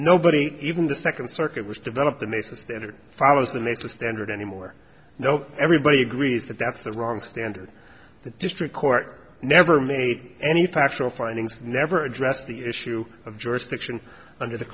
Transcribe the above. nobody even the second circuit was developed in a standard follows the mesa standard anymore no everybody agrees that that's the wrong standard the district court never made any factual findings never address the issue of jurisdiction under the